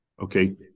Okay